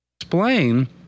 explain